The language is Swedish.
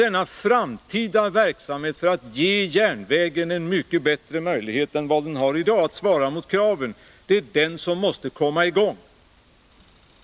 Denna framtida verksamhet, för att ge järnvägen en mycket bättre möjlighet än vad den har i dag att svara mot kraven, måste komma i gång.